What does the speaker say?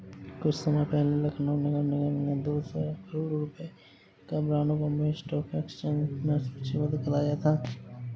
कुछ समय पहले लखनऊ नगर निगम ने दो सौ करोड़ रुपयों का बॉन्ड बॉम्बे स्टॉक एक्सचेंज में सूचीबद्ध कराया था